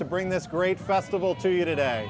to bring this great festival to you today